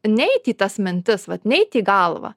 neiti į tas mintis vat neiti į galvą